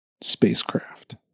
spacecraft